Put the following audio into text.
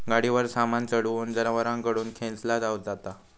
गाडीवर सामान चढवून जनावरांकडून खेंचला जाता